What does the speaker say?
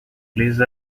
please